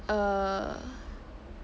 err